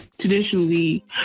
traditionally